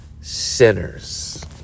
sinners